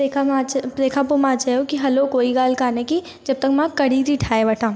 तंहिंखां मां तंहिंखां पोइ मां चयो की हलो कोई ॻाल्हि कोन्हे की जब तक मां कढ़ी थी ठाहे वठां